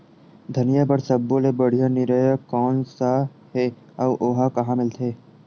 धनिया बर सब्बो ले बढ़िया निरैया कोन सा हे आऊ ओहा कहां मिलथे?